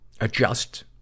adjust